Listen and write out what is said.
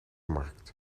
markt